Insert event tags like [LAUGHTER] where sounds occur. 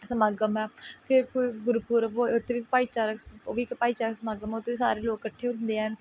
ਸਮਾਗਮ ਆ ਫਿਰ [UNINTELLIGIBLE] ਗੁਰਪੁਰਬ ਭਾਈਚਾਰਕ ਉਹ 'ਚ ਵੀ ਉਹ ਵੀ ਇੱਕ ਭਾਈਚਾਰਕ ਸਮਾਗਮ ਆ ਉਹ 'ਚ ਵੀ ਸਾਰੇ ਲੋਕ ਇਕੱਠੇ ਹੁੰਦੇ ਹਨ